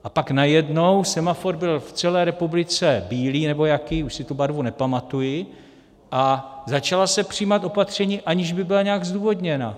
A pak najednou semafor byl v celé republice bílý nebo jaký, už si tu barvu nepamatuji, a začala se přijímat opatření, aniž by byla nějak zdůvodněna.